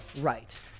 right